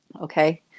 Okay